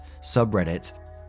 subreddit